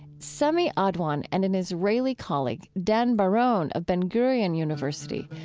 sami adwan and an israeli colleague, dan bar-on of ben-gurion university,